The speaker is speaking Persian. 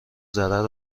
ضرر